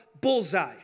bullseye